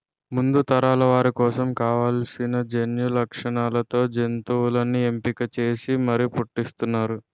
ముందు తరాల వారి కోసం కావాల్సిన జన్యులక్షణాలతో జంతువుల్ని ఎంపిక చేసి మరీ పుట్టిస్తున్నారు